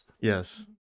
Yes